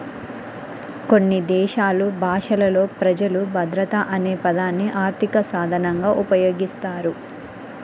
కొన్ని దేశాలు భాషలలో ప్రజలు భద్రత అనే పదాన్ని ఆర్థిక సాధనంగా ఉపయోగిస్తారు